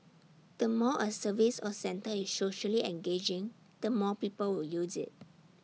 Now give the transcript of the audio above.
the more A service or centre is socially engaging the more people will use IT